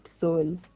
soul